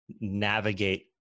navigate